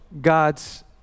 God's